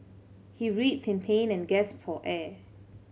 he writhed in pain and gasped for air